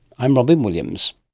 i'm robyn williams